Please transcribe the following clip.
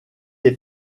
est